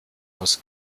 aus